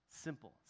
simple